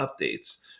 updates